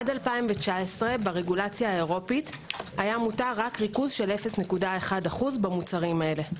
עד 2019 ברגולציה האירופית היה מותר רק ריכוז של 0.1% במוצרים אלו.